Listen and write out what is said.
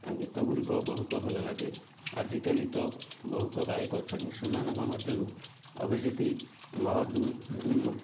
ଗୀତ ଗୁଡ଼ିକ ବହୁତ ଭଲ ଲାଗେ ଆଜିକାଲି ତ ବହୁତ ଗାୟକ ଅଛନ୍ତି ସେମାନଙ୍କ ମଧ୍ୟରୁ ଅଭିଜିତ ମହଜୁମ